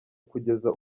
kugeza